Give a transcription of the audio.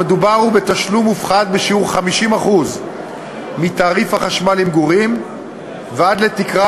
המדובר הוא בתשלום מופחת בשיעור 50% מתעריף החשמל למגורים ועד לתקרה